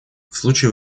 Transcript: случае